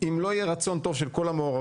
אם לא יהיה רצון טוב של כל המעורבים,